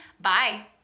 Bye